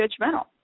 judgmental